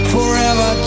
Forever